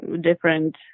different